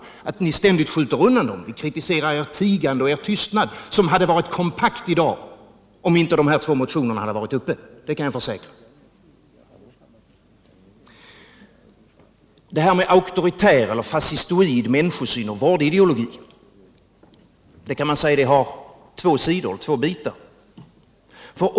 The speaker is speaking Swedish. Vi kritiserar er för att ni ständigt skjuter undan frågorna, och vi kritiserar er tystnad, som i dag hade varit kompakt om dessa båda motioner inte hade väckts. Detta med auktoritär eller fascistoid människosyn och vårdideologi har två sidor.